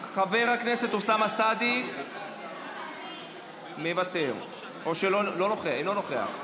חבר הכנסת אוסאמה סעדי, מוותר, אינו נוכח,